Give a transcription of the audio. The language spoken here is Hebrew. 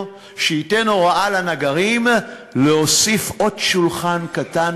שייתן הוראה לנגרים להוסיף עוד שולחן קטן,